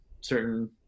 certain